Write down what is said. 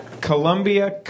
Columbia